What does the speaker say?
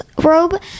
robe